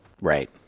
Right